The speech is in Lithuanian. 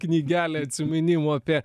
knygelė atsiminimų apie